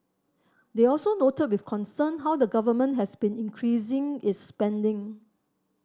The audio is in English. they also noted with concern how the Government has been increasing is spending